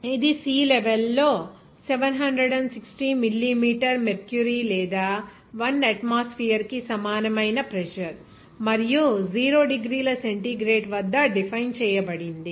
ఇది sea level లో 760 millimetre mercury లేదా 1 అట్మాస్ఫియర్ కి సమానమైన ప్రెజర్ మరియు 0 డిగ్రీల సెంటీగ్రేడ్ వద్ద డిఫైన్ చేయబడింది